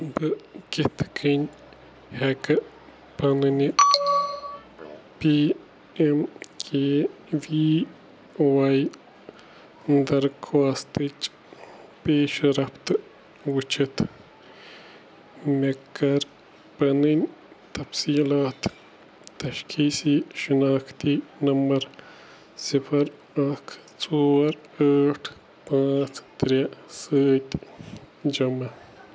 بہٕ کِتھ کٔنۍ ہٮ۪کہٕ پَنٛنہِ P M K V Y درخواستٕچ پیش رفتہٕ وٕچھِتھ مےٚ کٔر پَنٕنۍ تفصیٖلات تشخیٖصی شناختی نمبَر صِفَر اَکھ ژور ٲٹھ پانٛژھ ترٛےٚ سۭتۍ جمع